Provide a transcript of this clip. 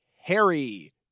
Harry